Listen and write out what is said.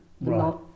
right